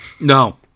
No